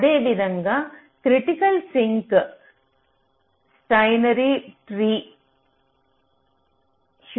అదేవిధంగా critical sink Steiner tree heuristic కలిగి ఉండవచ్చు